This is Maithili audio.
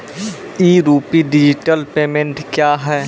ई रूपी डिजिटल पेमेंट क्या हैं?